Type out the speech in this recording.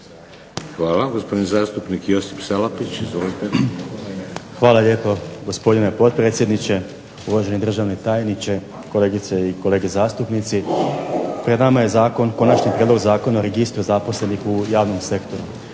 Hvala. Gospodin zastupnik Josip Salapić, izvolite. **Salapić, Josip (HDZ)** Hvala lijepo gospodine potpredsjedniče, uvaženi državni tajniče, kolegice i kolege zastupnici. Pred nama je Konačni prijedlog Zakona o Registru zaposlenih u javnom sektoru.